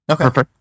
Okay